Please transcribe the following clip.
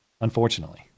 Unfortunately